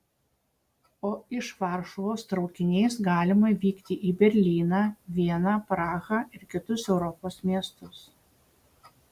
o iš varšuvos traukiniais galima vykti į berlyną vieną prahą ir kitus europos miestus